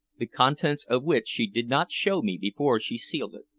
the contents of which she did not show me before she sealed it.